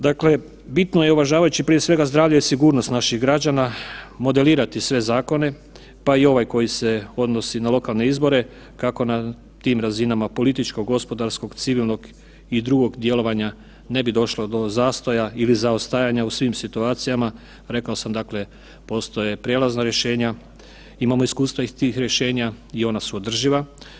Dakle, bitno je uvažavajući prije svega zdravlje i sigurnost naših građana modelirati sve zakone pa i ovaj koji se odnosi na lokalne izbore, kako na tim razinama političkog, gospodarskog, civilnog i drugog djelovanja ne bi došlo do zastoja ili zaostajanja u svim situacijama, rekao sam dakle postoje prijelazna rješenja, imamo iskustava iz tih rješenja i ona su održiva.